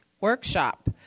workshop